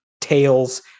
Tails